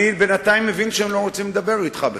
אני בינתיים מבין שהם לא רוצים לדבר אתך בכלל.